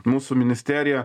mūsų ministerija